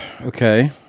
Okay